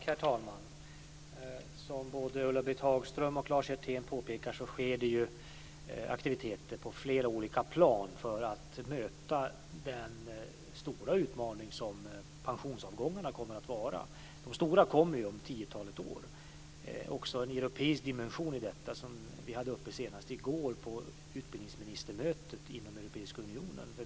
Herr talman! Som både Ulla-Britt Hagström och Lars Hjertén påpekat pågår det aktiviteter på flera olika plan för att möta den stora utmaning som pensionsavgångarna kommer att vara - de stora kommer ju om tiotalet år. Det finns också en europeisk aspekt på detta, som vi hade uppe senast i går på utbildningsministermötet inom Europeiska unionen.